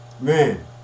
Man